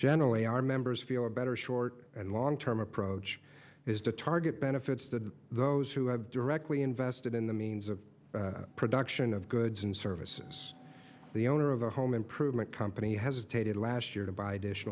generally our members feel a better short and long term approach is to target benefits to those who have directly invested in the means of production of goods and services the owner of the home improvement company hesitated last year to buy